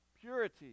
purity